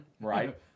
right